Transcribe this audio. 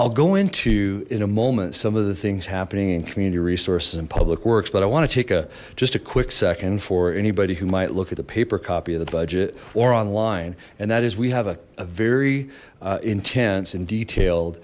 i'll go into in a moment some of the things happening in community resources and public works but i want to take a just a quick second for anybody who might look at the paper copy of the budget or online and that is we have a very intense and detailed